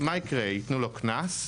מה יקרה, יתנו לו קנס?